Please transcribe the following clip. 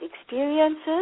experiences